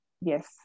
yes